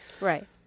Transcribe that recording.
Right